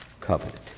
covenant